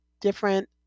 different